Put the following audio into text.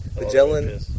Magellan